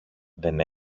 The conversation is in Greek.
δεν